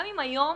גם אם היום